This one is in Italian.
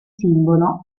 simbolo